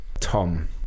Tom